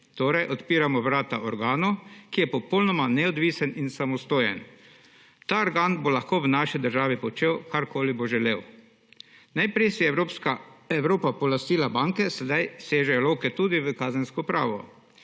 torej odpiramo vrata organu, ki je popolnoma neodvisen in samostojen. Ta organ bo lahko v naši državi počel, karkoli bo želel. Najprej si je Evropa polastila banke, sedaj seže lovke tudi v kazensko pravo.